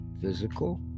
physical